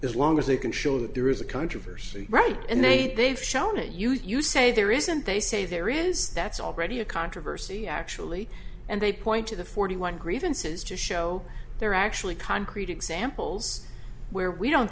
as long as they can show that there is a controversy right and they've shown a youth you say there isn't they say there is that's already a controversy actually and they point to the forty one grievances to show they're actually concrete examples where we don't